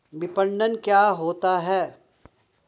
विपणन क्या होता है?